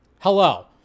Hello